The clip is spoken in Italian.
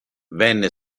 venne